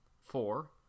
Four